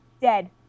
dead